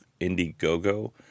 Indiegogo